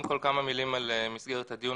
כמה מילים על מסגרת הדיון,